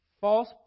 false